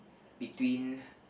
between